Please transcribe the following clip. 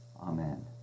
Amen